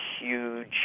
huge